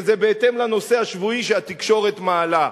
וזה בהתאם לנושא השבועי שהתקשורת מעלה.